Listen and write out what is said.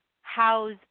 house